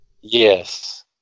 Yes